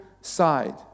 side